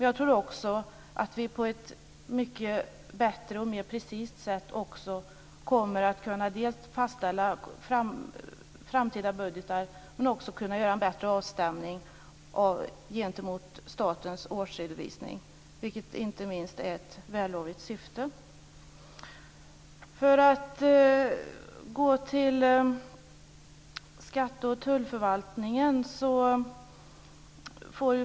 Jag tror också att vi på ett mycket bättre och mer precist sätt dels kommer att kunna fastställa framtida budgetar, dels kommer att kunna göra en bättre avstämning gentemot statens årsredovisning, vilket inte minst är ett vällovligt syfte. För det andra har vi då skatte och tullförvaltningarna.